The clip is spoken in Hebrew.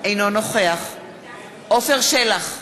אינו נוכח עפר שלח,